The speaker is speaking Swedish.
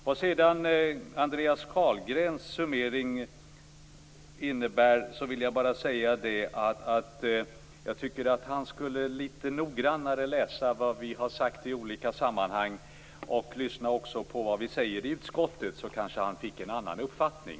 Vad Andreas Carlgrens summering beträffar vill jag bara säga att jag tycker att han skulle läsa litet noggrannare vad vi har sagt i olika sammanhang och även lyssna på vad vi säger i utskottet. Då kanske han fick en annan uppfattning.